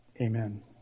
Amen